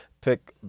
pick